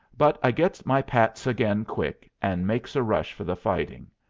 but i gets my pats again quick, and makes a rush for the fighting.